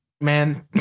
man